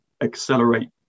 accelerate